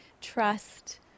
trust